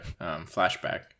flashback